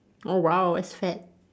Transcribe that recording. oh !wow! it's fat